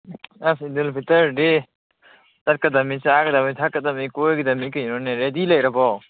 ꯑꯁ ꯏꯗꯨꯜ ꯐꯤꯇꯔꯗꯤ ꯆꯠꯀꯗꯝꯃꯤ ꯆꯥꯒꯗꯃꯤ ꯊꯛꯀꯗꯃꯤ ꯀꯣꯏꯒꯗꯃꯤ ꯀꯩꯅꯣꯅꯦ ꯔꯦꯗꯤ ꯂꯩꯔꯕꯣ